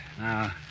Now